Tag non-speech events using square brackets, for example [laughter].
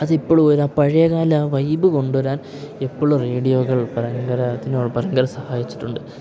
അത് ഇപ്പോഴും അതാ പഴയ കാല വൈബ് കൊണ്ടു വരാൻ എപ്പോഴും റേഡിയോകൾ ഭയങ്കര [unintelligible] ഭയങ്കര സഹായിച്ചിട്ടുണ്ട്